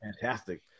fantastic